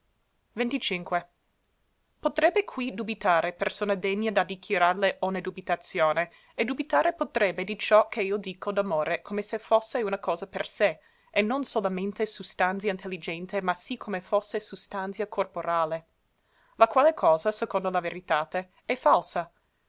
di otrebbe qui dubitare persona degna da dichiararle onne dubitazione e dubitare potrebbe di ciò che io dico d'amore come se fosse una cosa per sé e non solamente sustanzia intelligente ma sì come fosse sustanzia corporale la quale cosa secondo la veritate è falsa